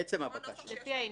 כמו הנוסח שיש --- לפי העניין.